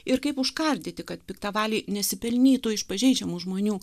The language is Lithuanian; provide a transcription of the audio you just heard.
ir kaip užkardyti kad piktavaliai nesipelnytų iš pažeidžiamų žmonių